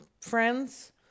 friends